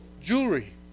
jewelry